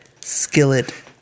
skillet